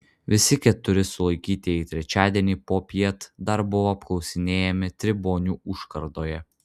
visi keturi sulaikytieji trečiadienį popiet dar buvo apklausinėjami tribonių užkardoje